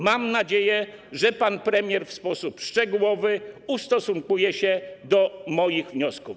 Mam nadzieję, że pan premier w sposób szczegółowy ustosunkuje się do moich wniosków.